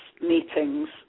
meetings